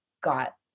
got